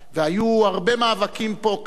והיו הרבה מאבקים כאן,